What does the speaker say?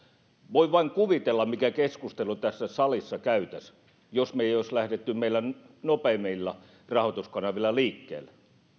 voin vain kuvitella mikä keskustelu tässä salissa käytäisiin jos me emme olisi lähteneet meidän nopeimmilla rahoituskanavilla liikkeelle